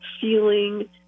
feeling